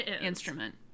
instrument